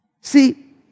See